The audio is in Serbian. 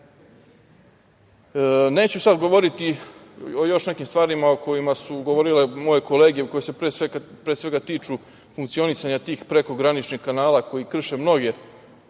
sad govoriti o još nekim stvarima o kojima su govorile moje kolege, a koje se tiču funkcionisanja tih prekograničnih kanala koji krše mnoge